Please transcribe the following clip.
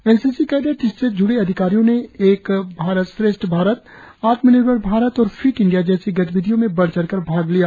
NCC cadet और इससे जुड़े अधिकारियों ने एक भारत श्रेष्ठ भारत आत्मानिभर भारत और फिट इंडिया जैसी गतिविधियों में बढ़ चढ़ कर भाग लिया